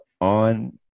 on